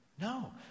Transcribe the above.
No